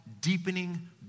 deepening